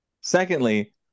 secondly